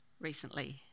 recently